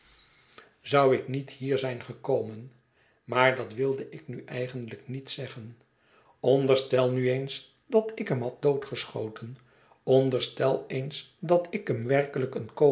zou ik niet hier zijn gekomen maar dat wilde ik nu eigenlijk niet zeggen onderstel nu eens dat ik hem had doodgeschoten onderstel eens dat ik hem werkelijk een